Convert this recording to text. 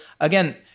again